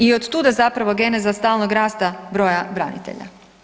I od tuda zapravo geneza stalog rasta broja branitelja.